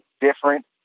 different